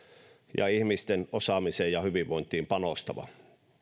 ja ihmisten osaamiseen ja hyvinvointiin panostava